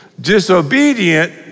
disobedient